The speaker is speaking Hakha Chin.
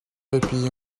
biapi